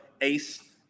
ace